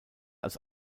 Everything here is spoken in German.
als